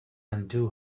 undo